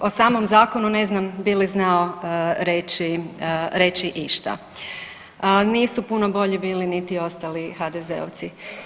o samom zakonu ne znam bi li znao reći išta, a nisu puno bolji bili niti ostali HDZ-ovci.